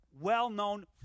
well-known